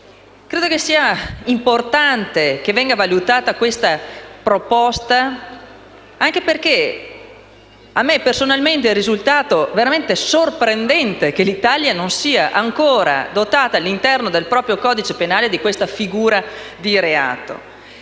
Credo sia importante valutare la nostra proposta anche perché a me personalmente è risultato davvero sorprendente che l'Italia non si sia ancora dotata all'interno del proprio codice penale di questa fattispecie di reato,